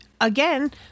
Again